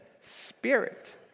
spirit